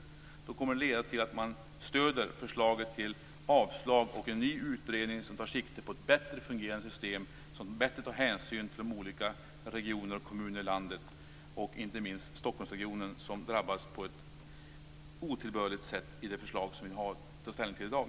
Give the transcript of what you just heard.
Gör de det kommer det att leda till att de stöder förslaget till avslag och en ny utredning som tar sikte på ett bättre fungerande system som bättre tar hänsyn till de olika regionerna och kommunerna i landet, och inte minst till Stockholmsregionen, som drabbas på ett otillbörligt sätt i det förslag som vi har att ta ställning till i dag.